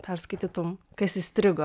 perskaitytum kas įstrigo